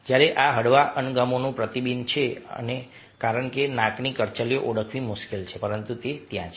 જ્યારે આ હળવા અણગમોનું પ્રતિબિંબ છે અને કારણ કે નાકની કરચલીઓ ઓળખવી મુશ્કેલ છે પરંતુ તે ત્યાં છે